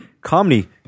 comedy